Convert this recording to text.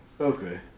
Okay